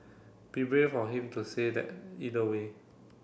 be brave of him to say that either way